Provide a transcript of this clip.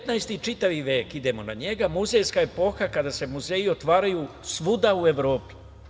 Devetnaesti, čitavi vek, idemo na njega, muzejska epoha kada se muzeji otvaraju svuda u Evropi.